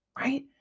right